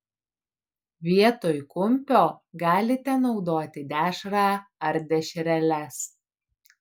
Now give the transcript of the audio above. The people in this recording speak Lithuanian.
vietoj kumpio galite naudoti dešrą ar dešreles